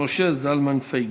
משה זלמן פייגלין.